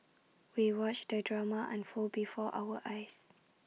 we watched the drama unfold before our eyes